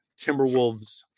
Timberwolves